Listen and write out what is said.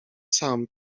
sam